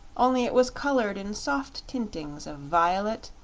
only it was colored in soft tintings of violet,